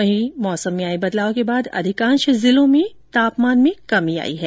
वहीं मौसम में आए बदलाव के बाद अधिकांश जिलों में तापमान में कमी आई है